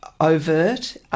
overt